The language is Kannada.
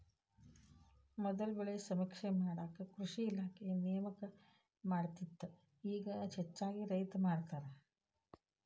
ಮೊದಲ ಬೆಳೆ ಸಮೇಕ್ಷೆ ಮಾಡಾಕ ಕೃಷಿ ಇಲಾಖೆ ನೇಮಕ ಮಾಡತ್ತಿತ್ತ ಇಗಾ ಹೆಚ್ಚಾಗಿ ರೈತ್ರ ಮಾಡತಾರ